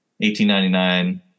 1899